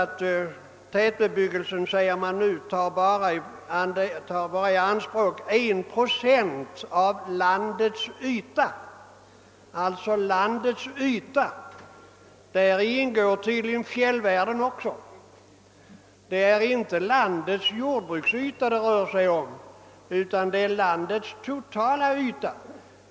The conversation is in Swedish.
Tätbebyggelsen tar bara i anspråk 1 procent av landets yta, har det sagts. Men i uttrycket landets yta ingår tydligen också fjällvärlden. Det är inte landets jordbruksyta det rör sig om utan om den totala ytan.